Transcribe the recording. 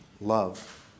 love